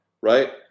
right